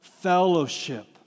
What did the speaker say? fellowship